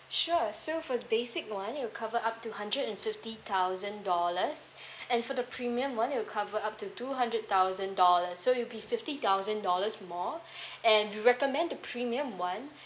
sure so for the basic one it'll cover up to hundred and fifty thousand dollars and for the premium one it'll cover up to two hundred thousand dollars so it'll be fifty thousand dollars more and we recommend the premium one